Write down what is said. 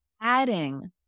adding